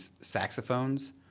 saxophones